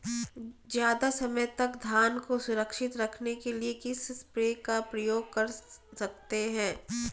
ज़्यादा समय तक धान को सुरक्षित रखने के लिए किस स्प्रे का प्रयोग कर सकते हैं?